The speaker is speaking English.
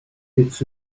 it’s